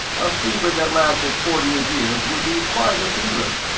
a fever that lasted forty eight years would be quite a fever,